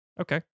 Okay